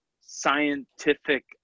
scientific